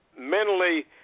mentally